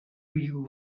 you